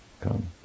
come